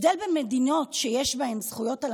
ההבדל בין מדינות שיש בהן זכויות על